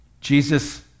Jesus